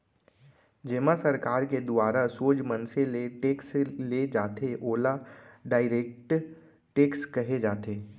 जेमा सरकार के दुवारा सोझ मनसे ले टेक्स ले जाथे ओला डायरेक्ट टेक्स कहे जाथे